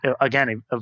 again